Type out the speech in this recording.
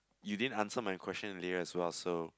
you didn't answer my question earlier as well so